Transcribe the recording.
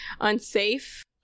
unsafe